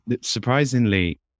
surprisingly